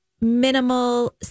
minimal